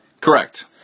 correct